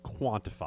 quantify